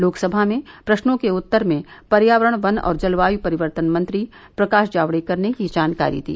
लोकसभा में प्रश्नों के उत्तर में पर्यावरण वन और जलवायु परिवर्तन मंत्री प्रकाश जावड़ेकर ने यह जानकारी दी